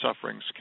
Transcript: sufferings